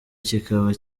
kikaba